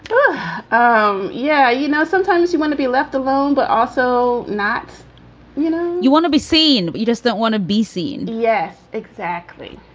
but um yeah. you know, sometimes you want to be left alone, but also not you know, you want to be seen you just don't want to be seen. yes, exactly.